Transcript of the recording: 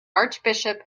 archbishop